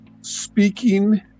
speaking